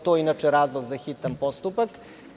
To je inače razlog za hitan postupak.